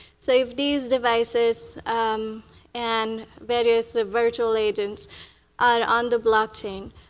so if these devices and various ah virtual agents are um the blockchain,